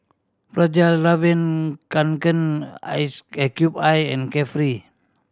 Fjallraven Kanken Ice Cube I and Carefree